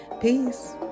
Peace